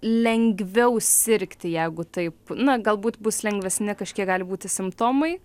lengviau sirgti jeigu taip na galbūt bus lengvesni kažkiek gali būti simptomai